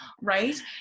right